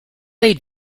they